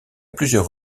plusieurs